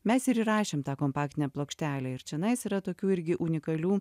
mes ir įrašėm tą kompaktinę plokštelę ir čionais yra tokių irgi unikalių